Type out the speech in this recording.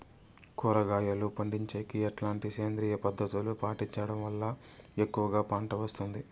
కూరగాయలు పండించేకి ఎట్లాంటి సేంద్రియ పద్ధతులు పాటించడం వల్ల ఎక్కువగా పంట వస్తుంది?